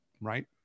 right